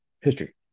history